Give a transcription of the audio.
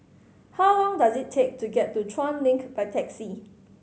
how long does it take to get to Chuan Link by taxi